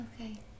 Okay